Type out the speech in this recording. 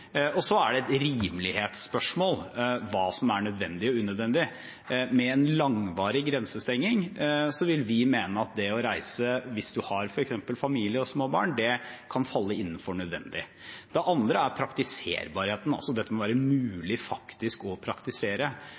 et rimelighetsspørsmål hva som er nødvendig og unødvendig. Med en langvarig grensestengning vil vi mene at det å reise hvis man har f.eks. familie og små barn, kan falle innenfor «nødvendig». Det andre er praktiseringen. Dette må være mulig faktisk å praktisere.